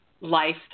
life